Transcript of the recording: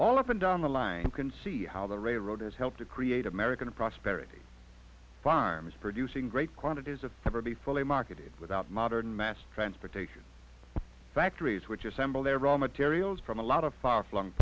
all up and down the line can see how the railroad has helped to create american prosperity farms producing great quantities of never be fully marketed without modern mass transportation factories which assemble their raw materials from a lot of far flung